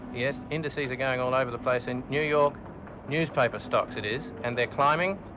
yes indices are going all over the place in new york newspaper stocks it is and they're climbing,